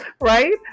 right